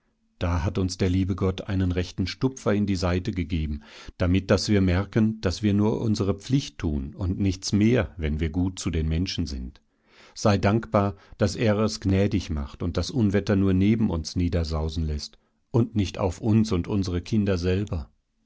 da hat uns der liebe gott einen rechten stupfer in die seite gegeben damit daß wir merken daß wir nur unsere pflicht tun und nichts mehr wenn wir gut zu den menschen sind sei dankbar daß er es gnädig macht und das unwetter nur neben uns niedersausen läßt und nicht auf uns und unsere kinder selber